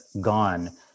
Gone